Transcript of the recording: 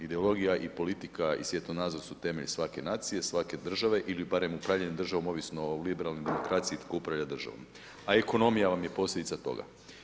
Ideologija i politika i svjetonazor su temelj svake nacije, svake države ili barem u krajnjem državnom ovisno o liberalnoj demokraciji tko upravlja državom, a ekonomija vam je posljedica toga.